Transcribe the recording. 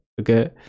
Okay